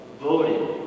voted